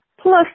plus